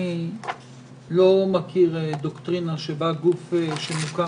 אני לא מכיר דוקטרינה שבה גוף שמוקם